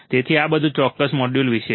તેથી આ બધું આ ચોક્કસ મોડ્યુલ વિશે છે